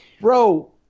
Bro